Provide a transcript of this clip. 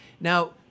Now